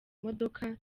modoka